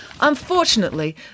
Unfortunately